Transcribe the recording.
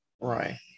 Right